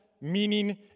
meaning